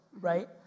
right